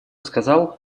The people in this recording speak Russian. сказал